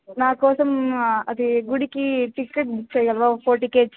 నాకోసం అది గుడికి టికెట్ బుక్ చేయగలవా ఒక ఫోర్ టికెట్స్